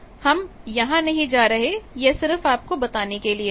हम यहां नहीं जा रहे यह सिर्फ आपको बताने के लिए है